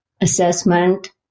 assessment